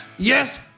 Yes